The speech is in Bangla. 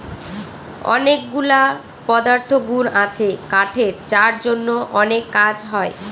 অনেকগুলা পদার্থগুন আছে কাঠের যার জন্য অনেক কাজ হয়